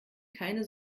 keine